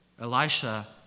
Elisha